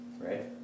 right